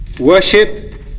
worship